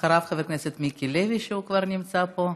אחריו, חבר הכנסת מיקי לוי, שכבר נמצא פה.